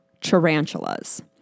tarantulas